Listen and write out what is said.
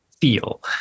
feel